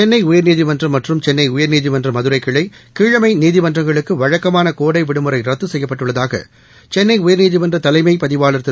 சென்னை உயா்நீதிமன்றம் மற்றும் சென்னை உயா்நீதிமன்ற மதுரை கிளை கீழமை நீதிமன்றங்களுக்கு வழக்கமான கோடை விடுமுறை ரத்து செய்யப்பட்டுள்ளதாக சென்னைய உயர்நீதிமன்ற தலைமைப் பதிவாளர் திரு